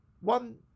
one